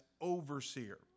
overseer